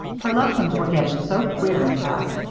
her lessons were getting so queer, in fact,